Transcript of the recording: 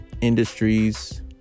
Industries